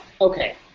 Okay